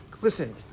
Listen